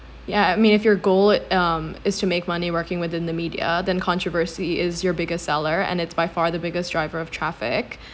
ya I mean if your goal um is to make money working within the media then controversy is your biggest seller and it's by far the biggest driver of traffic